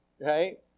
right